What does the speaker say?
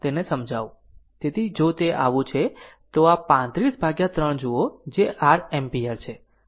તેથી જો તે આવું છે તો આ 35 ભાગ્યા 3 જુઓ જે r એમ્પીયર છે